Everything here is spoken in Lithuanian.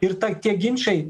ir ta tie ginčai